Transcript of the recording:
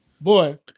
Boy